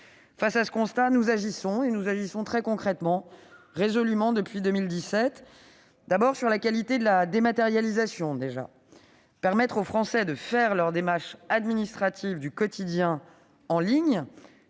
Face à ce constat, nous agissons concrètement et résolument depuis 2017, d'abord sur la qualité de la dématérialisation. Permettre aux Français de réaliser leurs démarches administratives du quotidien en ligne